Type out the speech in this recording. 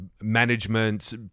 management